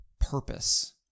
purpose